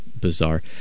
bizarre